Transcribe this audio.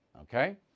Okay